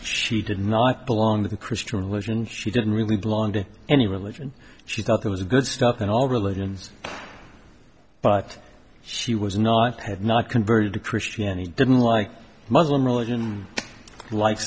she did not belong to the christian religion she didn't really belong to any religion she thought there was good stuff in all religions but she was not had not converted to christianity didn't like muslim religion like